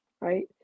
right